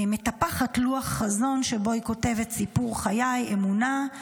מטפחת לוח חזון, שבו היא כותבת: סיפור חיי, אמונה,